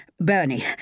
Bernie